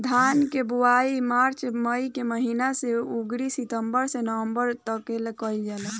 धान के बोआई मार्च से मई के महीना में अउरी सितंबर से नवंबर तकले कईल जाला